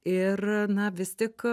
ir na vis tik